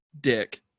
dick